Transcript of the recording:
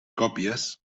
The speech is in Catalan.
còpies